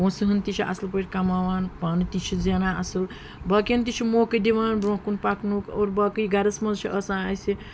پونٛسہٕ ۂن تہِ چھِ اَصٕل پٲٹھۍ کَماوان پانہٕ تہِ چھِ زینان اَصٕل باقیَن تہِ چھُ موقعہٕ دِوان برونٛہہ کُن پَکنُک اور باقٕے گَرَس منٛز چھِ آسان اَسہِ